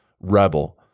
rebel